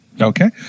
Okay